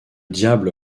diable